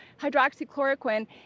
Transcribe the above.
hydroxychloroquine